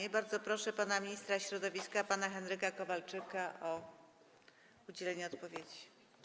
I bardzo proszę ministra środowiska pana Henryka Kowalczyka o udzielenie odpowiedzi.